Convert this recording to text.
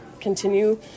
continue